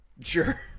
Sure